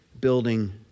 building